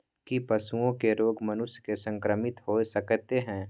की पशुओं के रोग मनुष्य के संक्रमित होय सकते है?